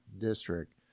district